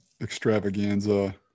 Extravaganza